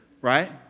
Right